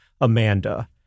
Amanda